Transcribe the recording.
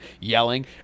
yelling